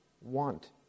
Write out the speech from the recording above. want